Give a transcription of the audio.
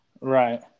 Right